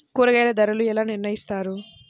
కూరగాయల ధరలు ఎలా నిర్ణయిస్తారు?